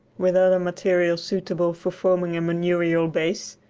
with other materials suitable for forming a manurial base,